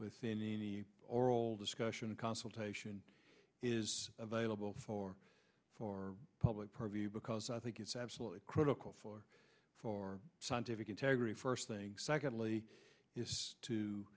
within any or all discussion of consultation is available for for public purview because i think it's absolutely critical for for scientific integrity first thing secondly is to